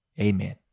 Amen